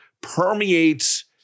permeates